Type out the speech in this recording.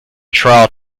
trial